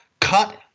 cut